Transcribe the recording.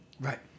Right